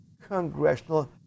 Congressional